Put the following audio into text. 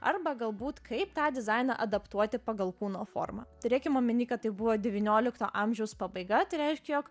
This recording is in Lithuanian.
arba galbūt kaip tą dizainą adaptuoti pagal kūno formą turėkim omeny kad tai buvo devyniolikto amžiaus pabaiga tai reiškia jog